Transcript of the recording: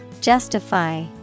Justify